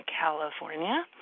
California